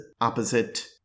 opposite